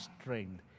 strength